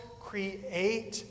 create